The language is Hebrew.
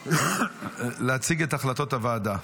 להציג את החלטות הוועדה.